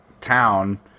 town